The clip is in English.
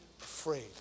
afraid